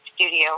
studio